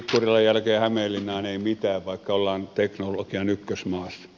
tikkurilan jälkeen hämeenlinnaan ei mitään vaikka ollaan teknologian ykkösmaassa